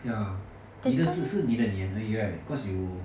ya 你的只是你的脸而已 right cause you